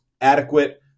adequate